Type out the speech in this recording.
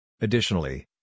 Additionally